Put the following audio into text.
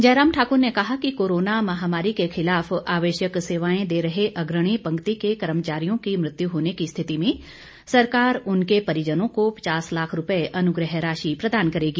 जयराम ठाकुर ने कहा कि कोरोना महामारी के खिलाफ आवश्यक सेवाएं दे रहें अग्रणी पंक्ति के कर्मचारियों की मृत्यु होने की स्थिति में सरकार उनके परिजनों को पचास लाख रुपये अनुग्रह राशि प्रदान करेंगी